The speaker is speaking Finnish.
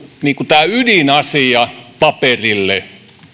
niin kuin tämä ydinasia paperille